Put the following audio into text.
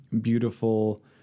beautiful